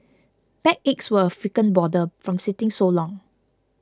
backaches were a frequent bother from sitting so long